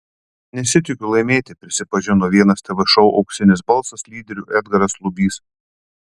nesitikiu laimėti prisipažino vienas tv šou auksinis balsas lyderių edgaras lubys